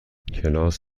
کلاس